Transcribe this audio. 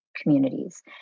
communities